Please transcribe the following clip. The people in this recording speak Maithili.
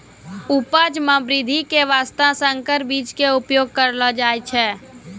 उपज मॅ वृद्धि के वास्तॅ संकर बीज के उपयोग करलो जाय छै